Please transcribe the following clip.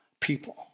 people